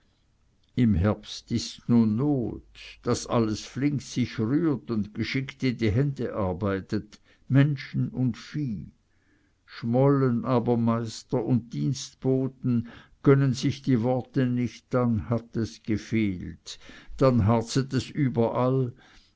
im herbst ists nun not daß alles flink sich rührt und geschickt in die hände arbeitet menschen und vieh schmollen aber meister und dienstboten gönnen sich die worte nicht dann hat es gefehlt dann harzet es überall